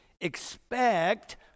Expect